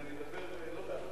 כמה זמן יש לי, חצי שעה?